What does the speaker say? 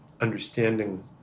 understanding